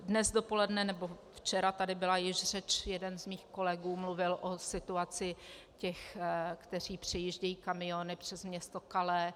Dnes dopoledne, nebo včera, tady byla již řeč, jeden z mých kolegů mluvil o situaci těch, kteří přijíždějí kamiony přes město Calais.